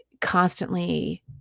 constantly